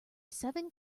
seven